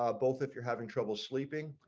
um both if you're having trouble sleeping,